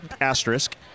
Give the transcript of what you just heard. asterisk